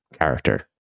character